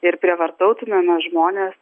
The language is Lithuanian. ir prievartautumėme žmones